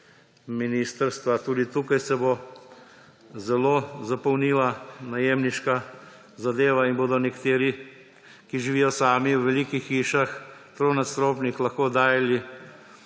Tudi tukaj se bo zelo zapolnila najemniška zadeva in bodo nekateri, ki živijo sami v velikih hišah, tronadstropnih, lahko oddajali,